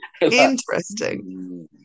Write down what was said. interesting